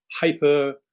hyper